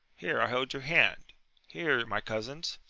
here i hold your hand here my cousin's.